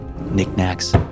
knickknacks